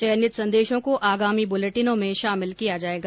चयनित संदेशों को आगामी बुलेटिनों में शामिल किया जाएगा